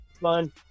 fun